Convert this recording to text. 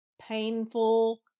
Painful